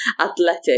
athletic